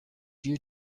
you